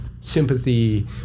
sympathy